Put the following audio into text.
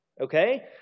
okay